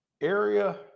area